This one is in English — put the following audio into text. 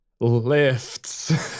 lifts